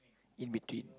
in between